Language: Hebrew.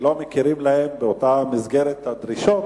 שלא מכירים להם, באותה מסגרת הדרישות,